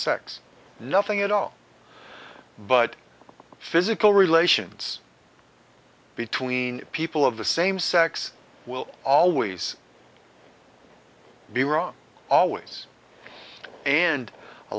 sex nothing at all but physical relations between people of the same sex will always be wrong always and a